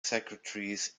secretaries